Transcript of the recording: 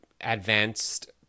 advanced